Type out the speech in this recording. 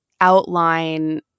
outline